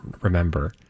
remember